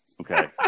Okay